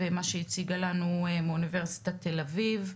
ומה שהציגה לנו הדוברת מאונ' תל אביב.